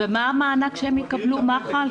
מה המענק שיקבלו מח"ל?